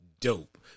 dope